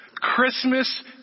Christmas